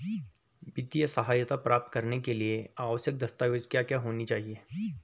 वित्तीय सहायता प्राप्त करने के लिए आवश्यक दस्तावेज क्या क्या होनी चाहिए?